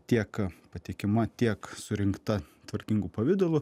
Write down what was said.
tiek patikima tiek surinkta tvarkingu pavidalu